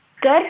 Good